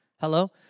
Hello